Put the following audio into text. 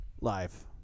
live